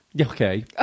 Okay